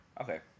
Okay